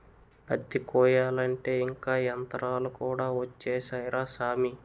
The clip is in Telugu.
పత్తి కొయ్యాలంటే ఇంక యంతరాలు కూడా ఒచ్చేసాయ్ రా సామీ